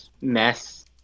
mess